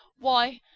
why,